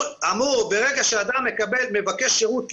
ברגע שאדם מבקש שירות כישראלי,